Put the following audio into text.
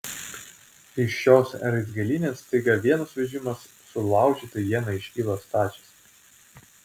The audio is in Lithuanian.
iš šios raizgalynės staiga vienas vežimas sulaužyta iena iškyla stačias